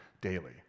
daily